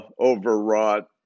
overwrought